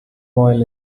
oil